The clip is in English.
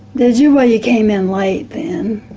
did you? well you came in late, then.